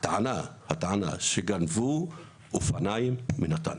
בטענה שגנבו אופניים בנתניה.